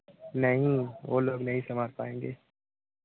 नहीं वे लोग नहीं संभाल पाएँगे